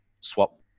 swap